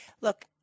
Look